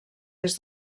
des